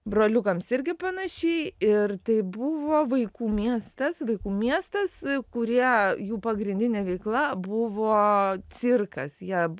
broliukams irgi panaši ir tai buvo vaikų miestas vaikų miestas kurie jų pagrindinė veikla buvo cirkas jie